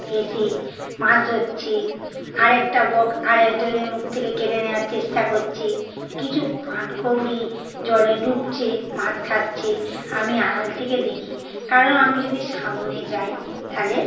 এসে মাছ ধরছে আর একটা বক আর একজনের মুখ থেকে কেড়ে নেওয়ার চেষ্টা করছে কিছু পানকৌড়ি জলে ডুবছে মাছ খাচ্ছে আমি আড়াল থেকে দেখি কারণ আমি যদি সামনে যাই তাহলে